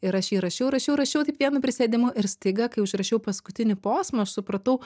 ir aš jį rašiau rašiau rašiau taip vienu prisėdimu ir staiga kai užrašiau paskutinį posmą aš supratau